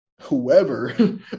whoever